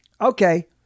Okay